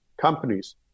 companies